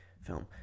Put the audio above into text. film